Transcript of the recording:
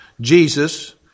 Jesus